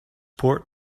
port